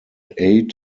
aid